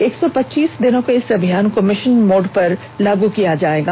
एक सौ पच्चीस दिनों के इस अभियान को मिशन मोड पर लागू किया जाएगा